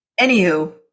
Anywho